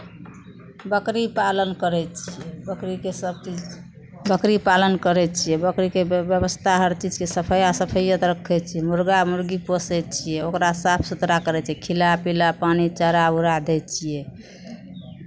बकरी पालन करै छियै बकरीके सभचीज बकरी पालन करै छियै बकरीके व्य व्यवस्था हर चीजके सफैआ सफैअत रखै छियै मुरगा मुरगी पोसै छियै ओकरा साफ सुथरा करै छियै खिला पिला पानि चारा उरा दै छियै